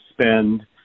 spend